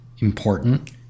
important